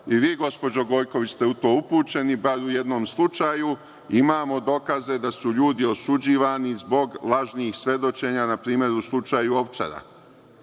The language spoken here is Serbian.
i vi, gospođo Gojković, ste u to upućeni, bar u jednom slučaju, imamo dokaze da su ljudi osuđivani zbog lažnih svedočenja, na primer u slučaju Ovčara. Tamo